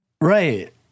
Right